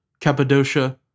Cappadocia